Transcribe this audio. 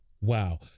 Wow